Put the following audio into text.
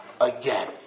again